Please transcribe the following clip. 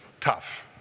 tough